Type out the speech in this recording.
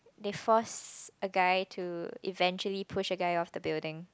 they force a guy to eventually push a guy off the building